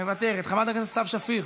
מוותרת, חברת הכנסת סתיו שפיר,